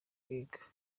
kwiga